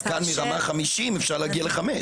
אז כאן מרמה חמישים אפשר להגיע לחמש.